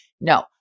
No